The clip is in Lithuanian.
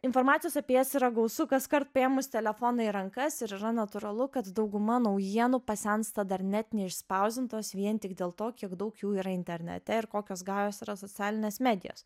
informacijos apie jas yra gausu kaskart paėmus telefoną į rankas ir yra natūralu kad dauguma naujienų pasensta dar net neišspausdintos vien tik dėl to kiek daug jų yra internete ir kokios gajos yra socialinės medijos